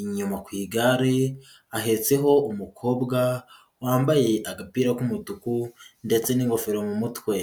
inyuma ku igare ahetseho umukobwa wambaye agapira k'umutuku ndetse n'ingofero mu mutwe.